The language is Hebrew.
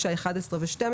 9, 11 -12.